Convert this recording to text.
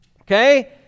okay